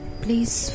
please